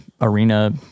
arena